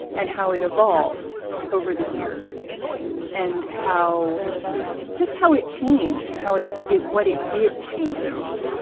and how it evolved over the years and how just how it changed and how it's it what it did changed.